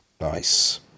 Nice